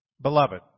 Beloved